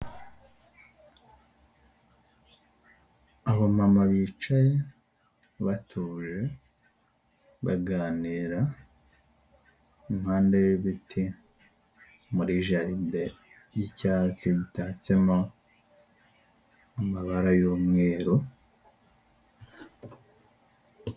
Abamama bicaye batuje baganira impande y'ibiti muri jaride y'icyatsi itatsemo amabara y'umweru.